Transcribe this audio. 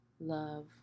love